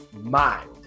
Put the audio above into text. mind